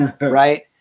right